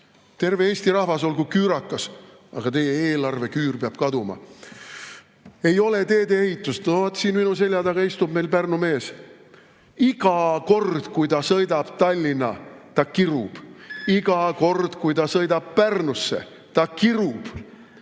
Terve Eesti rahvas olgu küürakas, aga teie eelarveküür peab kaduma. Ei ole teedeehitust. No vot, siin minu selja taga istub meil Pärnu mees. Iga kord, kui ta sõidab Tallinna, ta kirub. Iga kord, kui ta sõidab Pärnusse, ta kirub.